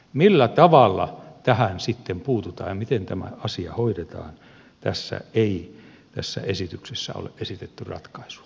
millä tavalla tähän sitten puututaan ja miten tämä asia hoidetaan siihen tässä esityksessä ei ole esitetty ratkaisua